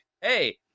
hey